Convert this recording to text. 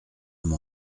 m’en